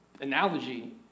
analogy